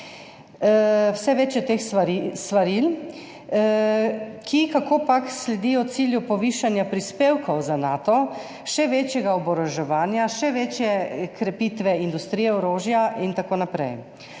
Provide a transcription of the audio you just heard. Vse več je teh svaril, ki, kakopak, sledijo cilju povišanja prispevkov za Nato, še večjega oboroževanja, še večje krepitve industrije orožja in tako naprej.